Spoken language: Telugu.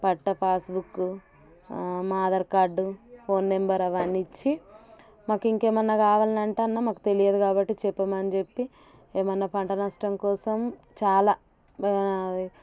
పట్టా పాస్బుక్ మా ఆధార్ కార్డు ఫోన్ నెంబర్ అవన్నీ ఇచ్చి మాకింకేమైనా కావాలి అంటే అన్నా మాకు తెలియదు కాబట్టి చెప్పమనని చెప్పి ఏమైనా పంట నష్టం కోసం చాలా